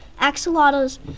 axolotls